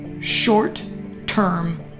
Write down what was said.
short-term